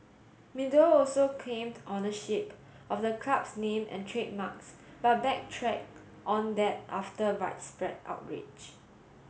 meadow also claimed ownership of the club's name and trademarks but backtracked on that after widespread outrage